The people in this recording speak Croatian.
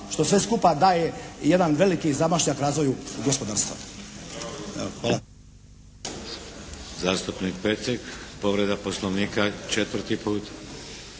što sve skupa daje i jedan veliki zamašan razvoj gospodarstva. Evo